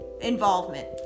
involvement